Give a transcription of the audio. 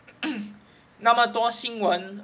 那么多新闻